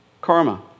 karma